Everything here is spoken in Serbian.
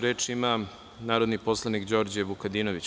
Reč ima narodni poslanik Đorđe Vukadinović.